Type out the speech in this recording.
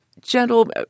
gentle